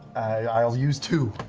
i'll use two.